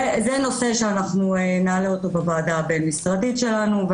זה נושא שנעלה אותו בוועדה הבין-משרדית שלנו,